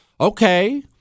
okay